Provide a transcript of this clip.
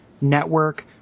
network